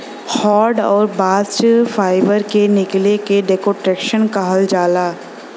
hurd आउर bast fibre के निकले के डेकोर्टिकेशन कहल जाला